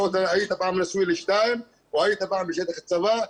היית פעם נשוי לשתיים או היית פעם בשטח צבא?